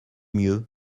mieux